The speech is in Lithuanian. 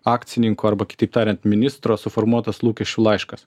akcininkų arba kitaip tariant ministro suformuotas lūkesčių laiškas